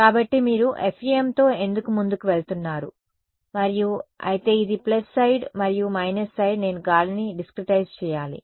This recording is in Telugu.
కాబట్టి మీరు FEMతో ఎందుకు ముందుకు వెళుతున్నారు మరియు అయితే ఇది ప్లస్ సైడ్ మరియు మైనస్ సైడ్ నేను గాలిని డిస్క్రెటైజ్ చేయాలి